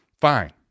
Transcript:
Fine